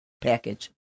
package